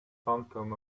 phantom